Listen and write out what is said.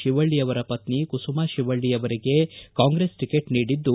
ಶಿವಳ್ಳಿ ಅವರ ವತ್ನಿ ಕುಸುಮಾ ಶಿವಳ್ಳಿ ಅವರಿಗೆ ಕಾಂಗ್ರೆಸ್ ಟಿಕೆಟ್ ನೀಡಿದ್ದು